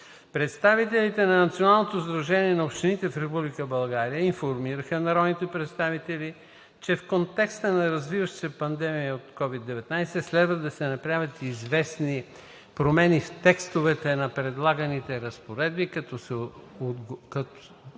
Представителите на Националното сдружение на общините в Република България информираха народните представители, че в контекста на разрастващата се пандемия от COVID-19 следва да се направят известни промени в текстовете на предлаганите разпоредби, които да отговорят